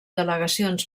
delegacions